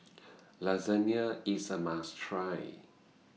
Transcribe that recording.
Lasagna IS A must Try